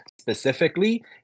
specifically